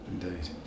Indeed